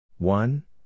One